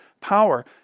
power